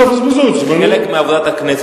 תבזבזו את זמני.